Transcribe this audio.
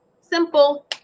simple